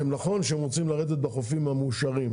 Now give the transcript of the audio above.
נכון שהם רוצים לרדת בחופים המאושרים,